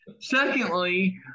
Secondly